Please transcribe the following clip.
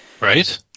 Right